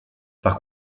par